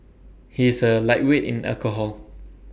he is A lightweight in alcohol